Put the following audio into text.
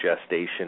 gestation